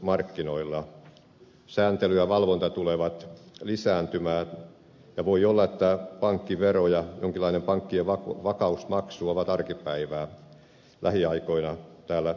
sääntely ja valvonta tulevat lisääntymään ja voi olla että pankkivero ja jonkinlainen pankkien vakausmaksu ovat arkipäivää lähiaikoina täällä euroopassa